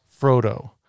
Frodo